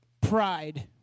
pride